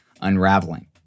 unraveling